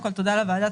קודם כול תודה לוועדה,